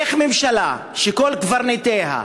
איך ממשלה שכל קברניטיה,